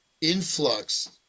influx